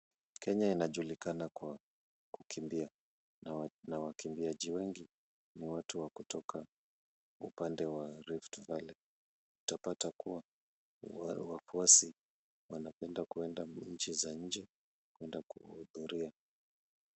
Kenya inajulikana kwa kukimbia na wakimbiaji wengi ni watu wa kutoka upande wa Rift Valley . Utapata kuwa wafuasi wanapenda kuenda nchi za nje kuenda kuhudhuria.